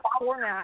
format